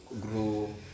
grow